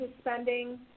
spending